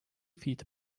feet